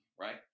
right